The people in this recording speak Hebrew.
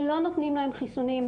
ולא נותנים להם חיסונים,